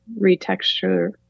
retexture